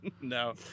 No